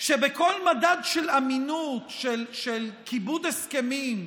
שבכל מדד של אמינות, של כיבוד הסכמים,